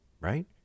right